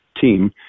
team